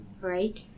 right